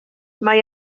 mae